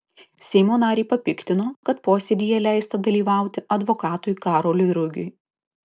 seimo narį papiktino kad posėdyje leista dalyvauti advokatui karoliui rugiui